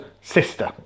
sister